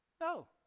No